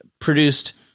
produced